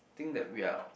think that we are